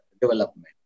development